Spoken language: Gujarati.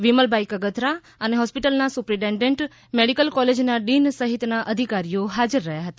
વિમલભાઈ કગથરા અને હોસ્પિટલના સુપરિટેન્ડન મેડિકલ કોલેજના ડિન સહિત ના અધિકારીઓ હાજર રહ્યા હતા